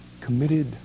committed